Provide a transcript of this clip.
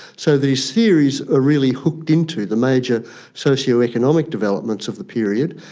so these theories are really hooked into the major socio-economic developments of the period,